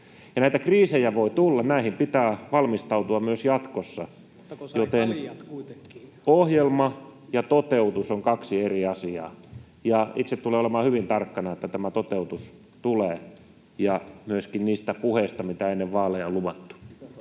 Näitä kriisejä voi tulla, näihin pitää valmistautua myös jatkossa, [Markus Lohen välihuuto] joten ohjelma ja toteutus ovat kaksi eri asiaa. Ja itse tulen olemaan hyvin tarkkana, että tämä toteutus tulee, ja myöskin niiden puheiden suhteen, mitä ennen vaaleja on luvattu.